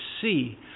see